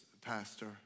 pastor